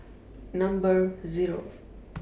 Number Zero